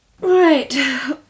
Right